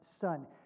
Son